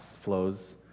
flows